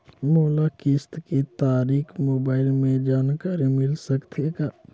मोला किस्त के तारिक मोबाइल मे जानकारी मिल सकथे का?